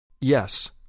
Yes